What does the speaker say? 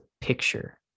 picture